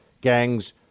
gangs